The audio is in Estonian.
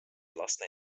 laste